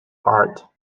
art